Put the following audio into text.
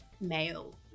male